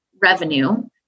revenue